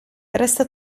resta